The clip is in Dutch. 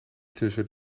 tussen